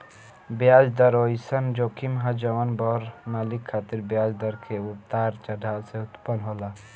ब्याज दर ओइसन जोखिम ह जवन बड़ मालिक खातिर ब्याज दर के उतार चढ़ाव से उत्पन्न होला